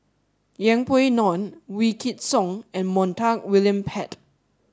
Yeng Pway Ngon Wykidd Song and Montague William Pett